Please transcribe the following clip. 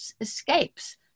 escapes